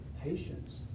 patience